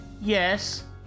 Yes